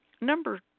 Number